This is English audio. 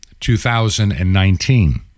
2019